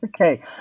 Okay